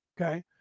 okay